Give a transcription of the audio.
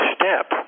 step